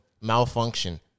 malfunction